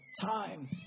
time